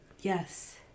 Yes